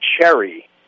cherry